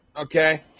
okay